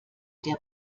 der